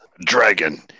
dragon